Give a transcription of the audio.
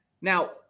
Now